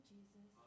Jesus